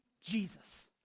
Jesus